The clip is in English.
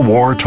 War